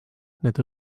need